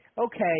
okay